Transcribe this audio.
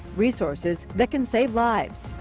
resources that can save lives.